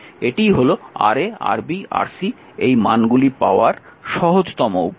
এটিই হল Ra Rb Rc এই মানগুলি পাওয়ার সহজতম উপায়